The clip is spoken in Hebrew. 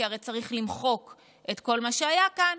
כי הרי צריך למחוק את כל מה שהיה כאן,